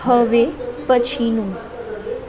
હવે પછીનું